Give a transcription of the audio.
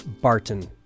Barton